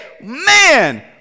man